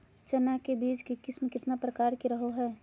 चना के बीज के किस्म कितना प्रकार के रहो हय?